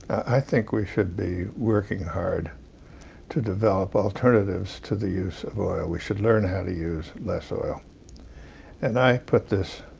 i think we should be working hard to develop alternatives to the use of oil. we should learn how to use less oil and i put this,